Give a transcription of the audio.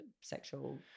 sexual